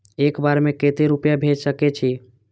एक बार में केते रूपया भेज सके छी?